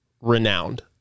renowned